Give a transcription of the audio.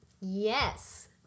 Yes